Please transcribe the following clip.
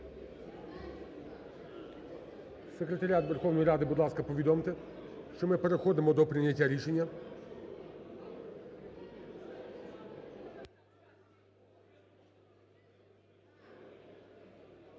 Секретаріат Верховної Ради, будь ласка, повідомте, що ми переходимо до прийняття рішення.